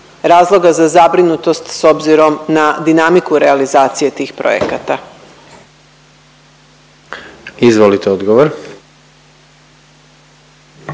razloga za zabrinutost s obzirom na dinamiku realizacije tih projekata? **Jandroković,